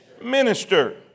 minister